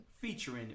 Featuring